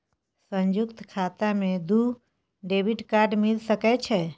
संयुक्त खाता मे दू डेबिट कार्ड मिल सके छै?